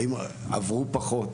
האם עברו פחות?